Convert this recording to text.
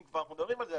אם כבר מדברים על זה,